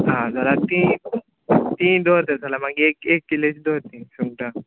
हां जाल्यार तीं तींवूय दर तशें जाल्यार मागीर एक एक कील एश दर तीं सुंगटां